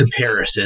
comparisons